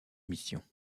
mission